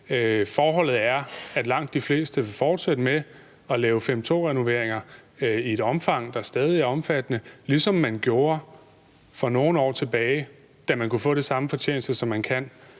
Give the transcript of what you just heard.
Forholdet er, at langt de fleste vil fortsætte med at lave § 5, stk. 2-renoveringer i et omfang, der stadig er omfattende, ligesom man gjorde for nogle år tilbage, da man kunne få den samme fortjeneste, som man kan,